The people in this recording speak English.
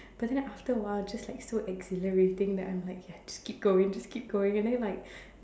but then after a while it's just like so exhilarating that I'm like ya just keep going just keep going and then like